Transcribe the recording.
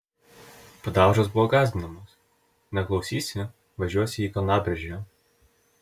padaužos buvo gąsdinamos neklausysi važiuosi į kalnaberžę